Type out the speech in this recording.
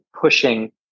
pushing